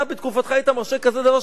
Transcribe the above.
אתה בתקופתך היית מרשה כזה דבר,